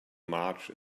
march